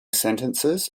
sentences